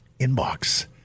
inbox